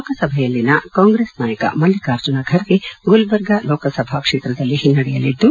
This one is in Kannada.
ಲೋಕಸಭೆಯಲ್ಲಿನ ಕಾಂಗ್ರೆಸ್ ನಾಯಕ ಮಲ್ಲಿಕಾರ್ಜುನ ಖರ್ಗೆ ಗುಲ್ಬರ್ಗ ಲೋಕಸಭಾ ಕ್ಷೇತ್ರದಲ್ಲಿ ಹಿನ್ನಡೆಯಲ್ಲಿದ್ದು